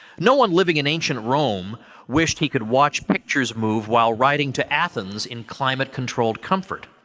no one living in ancient rome wished he could watch pictures move while riding to athens in climate-controlled comfort.